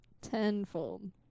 Tenfold